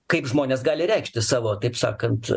kaip žmonės gali reikšti savo taip sakant